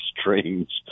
strange